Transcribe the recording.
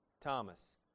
thomas